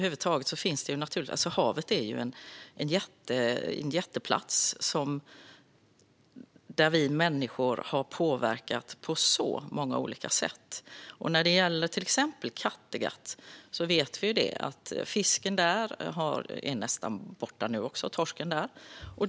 Havet är en jätteplats som vi människor har påverkat på väldigt många olika sätt. Vi vet att torsken i Kattegatt också är nästan helt borta.